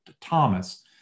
Thomas